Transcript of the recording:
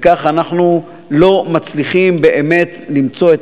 וכך אנחנו לא מצליחים באמת למצוא את